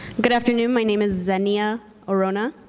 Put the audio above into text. good afternoon, my name is zennia orunda.